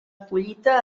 collita